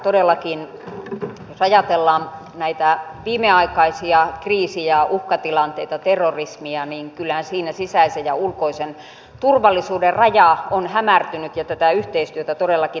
todellakin jos ajatellaan näitä viimeaikaisia kriisejä uhkatilanteita ja terrorismia kyllähän niissä sisäisen ja ulkoisen turvallisuuden raja on hämärtynyt ja tätä yhteistyötä todellakin tarvitaan